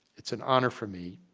it's an honor for me,